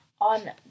on